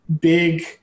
big